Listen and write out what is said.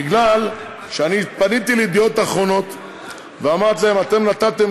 בגלל שפניתי לידיעות אחרונות ואמרתי להם: אתם נתתם